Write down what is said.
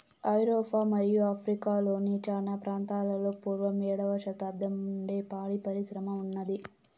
ఐరోపా మరియు ఆఫ్రికా లోని చానా ప్రాంతాలలో పూర్వం ఏడవ శతాబ్దం నుండే పాడి పరిశ్రమ ఉన్నాది